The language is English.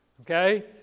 okay